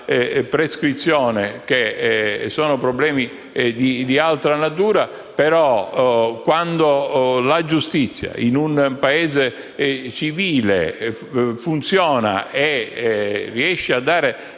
prescrizione, che sono problemi di altra natura, quando la giustizia in un Paese civile funziona e riesce a dare